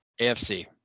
AFC